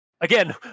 again